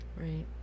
Right